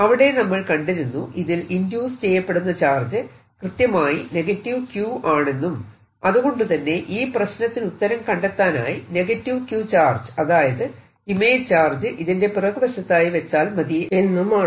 അവിടെ നമ്മൾ കണ്ടിരുന്നു ഇതിൽ ഇൻഡ്യൂസ് ചെയ്യപ്പെടുന്ന ചാർജ് കൃത്യമായി Q ആണെന്നും അതുകൊണ്ടുതന്നെ ഈ പ്രശ്നത്തിനുത്തരം കണ്ടെത്താനായി Q ചാർജ് അതായത് ഇമേജ് ചാർജ് ഇതിന്റെ പിറകുവശത്തായി വെച്ചാൽ മതി എന്നുമാണ്